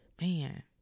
man